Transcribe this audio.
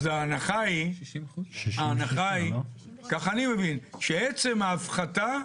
אז ההנחה היא, כך אני מבין, שעצם ההפחתה,